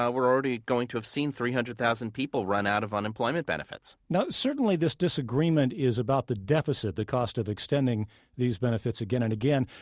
we're already going to have seen three hundred thousand people run out of unemployment benefits. now certainly this disagreement is about the deficit the cost of extending these benefits again and again.